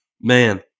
Man